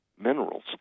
minerals